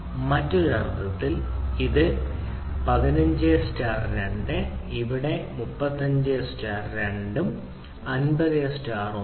മറ്റൊരു അർത്ഥത്തിൽ ഇത് പറയുന്നത് 15 സ്റ്റാർ 2 ഇവിടെ 35 സ്റ്റാർ 2 ഉം 50 സ്റ്റാർ 1